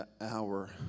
hour